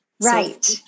right